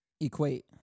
Equate